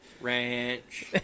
Ranch